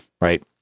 right